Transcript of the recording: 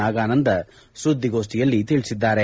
ನಾಗಾನಂದ ಸುದ್ದಿಗೋಷ್ಠಿಯಲ್ಲಿ ತಿಳಿಸಿದ್ದಾರೆ